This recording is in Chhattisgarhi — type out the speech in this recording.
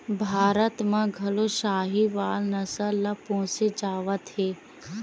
भारत म घलो साहीवाल नसल ल पोसे जावत हे